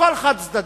הכול חד-צדדי.